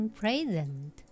present